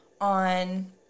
on